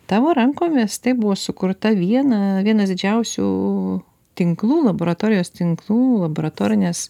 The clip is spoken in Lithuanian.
tavo rankomis taip buvo sukurta viena vienas didžiausių tinklų laboratorijos tinklų laboratorinės